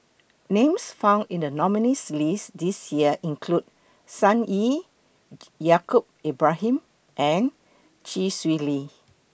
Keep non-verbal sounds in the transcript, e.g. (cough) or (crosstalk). Names found in The nominees' list This Year include Sun Yee (noise) Yaacob Ibrahim and Chee Swee Lee